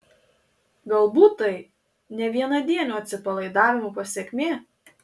galbūt tai ne vienadienio atsipalaidavimo pasekmė